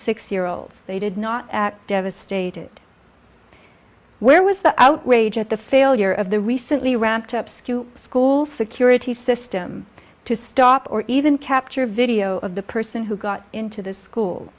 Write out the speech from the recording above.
six year olds they did not devastated where was the outrage at the failure of the recently ramped up skew school security system to stop or even capture video of the person who got into the school